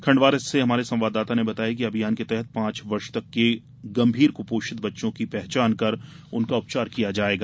खंडवा से हमारे संवाददाता ने बताया है कि अभियान के तहत पांच वर्ष तक के गंभीर कपोषित बच्चों की पहचान कर उनका उपचार किया जायेगा